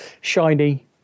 shiny